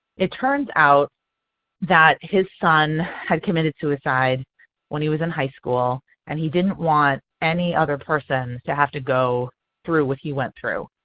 it turns out that his son had committed suicide when he was in high school and he didn't want any other person to have to go through what he went through.